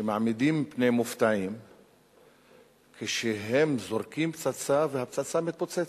שמעמידים פני מופתעים כשהם זורקים פצצה והפצצה מתפוצצת.